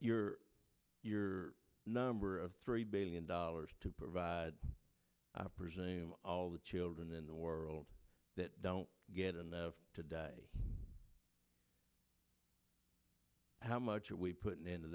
you're your number of three billion dollars to provide presume all the children in the world that don't get enough today how much are we put in